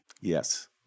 Yes